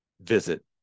visit